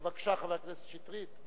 בבקשה, חבר הכנסת מאיר שטרית.